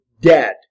dead